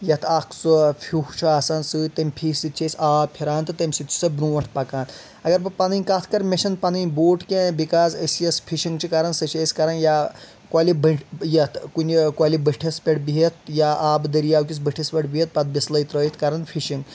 یتھ اکھ سُہ فیُہ چھُ آسان سۭتۍ تمہِ فیٖہِ سۭتۍ چھِ أسۍ آب پھران تہٕ تمہِ سۭتۍ چھِ سۄ برٛونٛٹھ پکان اگر بہٕ پنٕنی کتھ کرٕ مےٚ چھِنہٕ پنٕنۍ بوٹ کینٛہہ بکاز أسۍ یۄس فشنٛگ چھِ کران سۄ چھِ أسۍ کران یا کۄلہِ بٔٹھۍ یتھ کُنہِ کۄلہِ بٔٹھِس پٮ۪ٹھ بِہِتھ یا آبہٕ دٔریاو کِس بٔٹھِس پٮ۪ٹھ بِہِتھ پتہٕ بسلٕے ترٛٲیِتھ کران فشنٛگ